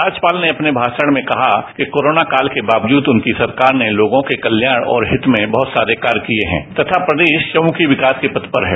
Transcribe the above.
राज्यपाल ने अपने भाषण में कहा कि कोरोना काल के बावजूद उनकी सरकार ने लोगों के कल्याण और हित में बहुत सारे कार्य किए हैं तथा प्रदेश चहुमुंखी विकास के पथ पर है